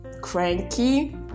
cranky